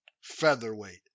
featherweight